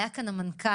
היה כאן המנכ"ל.